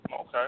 Okay